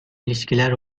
ilişkiler